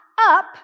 up